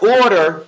order